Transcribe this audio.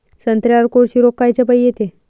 संत्र्यावर कोळशी रोग कायच्यापाई येते?